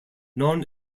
non